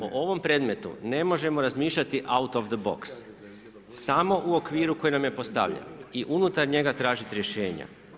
O ovom predmetu, ne možemo razmišljati out of the box, samo u okviru kojeg nam je postavljen i unutar njega tražiti rješenje.